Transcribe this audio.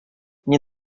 nie